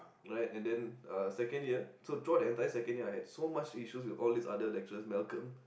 right and then uh second year so throughout the entire second year I had so much issues to all these other lecturers Malcolm